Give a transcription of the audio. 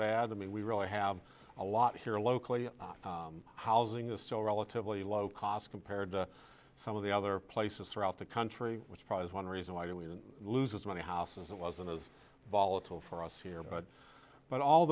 bad i mean we really have a lot here locally housing is so relatively low cost compared to some of the other places throughout the country which probably is one reason why we lose as many houses that wasn't as volatile for us here but but all